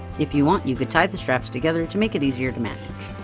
if you want, you could tie the straps together to make it easier to manage.